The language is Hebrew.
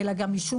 אלא גם משום